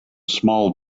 small